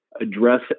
address